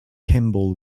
campbell